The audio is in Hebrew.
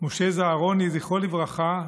משה זהרוני, זכרו לברכה,